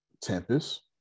Tempest